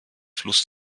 fluss